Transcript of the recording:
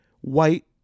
white